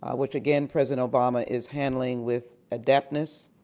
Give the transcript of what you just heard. which, again, president obama is handling with adeptness,